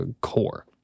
core